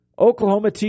Oklahoma